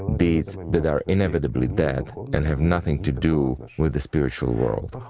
deeds that are inevitably dead, and have nothing to do with the spiritual world.